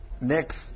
Next